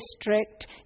district